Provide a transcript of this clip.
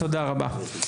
תודה רבה.